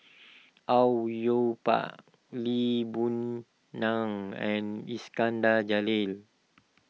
Au Yue Pak Lee Boon Ngan and Iskandar Jalil